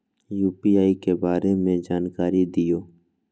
UPI के बारे में जानकारी दियौ?